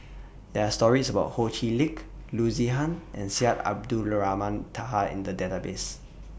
There Are stories about Ho Chee Lick Loo Zihan and Syed Abdulrahman Taha in The Database